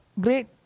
great